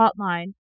hotline